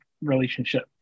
relationship